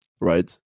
right